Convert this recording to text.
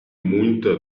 muita